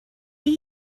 این